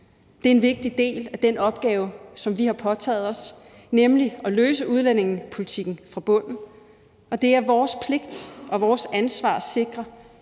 Det er en vigtig del af den opgave, som vi har påtaget os, nemlig at løse udlændingepolitikken fra bunden. Og det er vores pligt og vores ansvar at sikre,